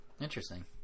interesting